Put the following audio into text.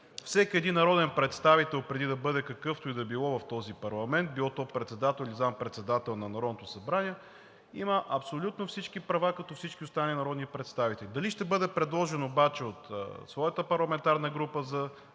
Всеки един народен представител, преди да бъде какъвто и да е било в този парламент, било то председател или заместник-председател на Народното събрание, има абсолютно всички права като всички останали народни представители. Дали ще бъде предложен обаче от своята парламентарна група за